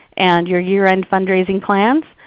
and your year-end fundraising plans.